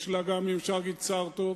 יש לה גם, אם אפשר להגיד, שר טוב,